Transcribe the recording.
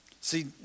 See